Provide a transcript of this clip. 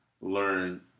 learn